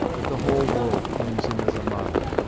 that the whole world claims him as a model.